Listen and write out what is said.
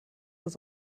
das